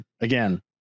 again